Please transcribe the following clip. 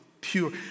pure